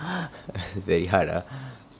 very hard ah